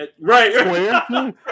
Right